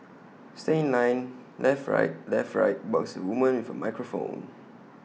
stay in line left right left right barks A woman with A microphone